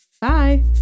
Bye